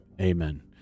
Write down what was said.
Amen